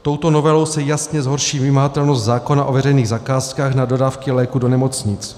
Touto novelou se jasně zhorší vymahatelnost zákona o veřejných zakázkách na dodávky léků do nemocnic.